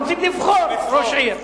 אנחנו רוצים לבחור ראש עיר.